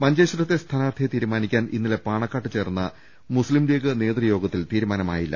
മഞ്ചേശ്വരത്തെ സ്ഥാനാർത്ഥിയെ തീരുമാനിക്കാൻ ഇന്നലെ പാണക്കാട്ട് ചേർന്ന മുസ്ലിം ലീഗ് നേതൃയോഗ ത്തിൽ തീരുമാനമായില്ല